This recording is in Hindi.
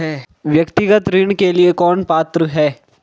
व्यक्तिगत ऋण के लिए कौन पात्र है?